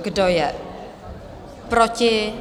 Kdo je proti?